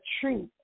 truth